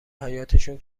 حیاطشون